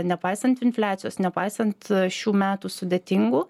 nepaisant infliacijos nepaisant šių metų sudėtingų